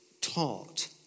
taught